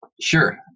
Sure